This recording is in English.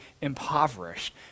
impoverished